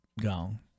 gone